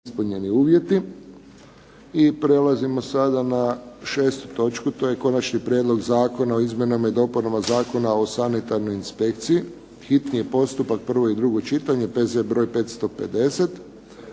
Josip (HSS)** I prelazimo sada na 6. točku. To je - Konačni prijedlog Zakona o izmjenama i dopunama Zakona o sanitarnoj inspekciji, hitni postupak, prvo i drugo čitanje, P.Z. br. 550